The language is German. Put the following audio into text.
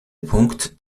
punkt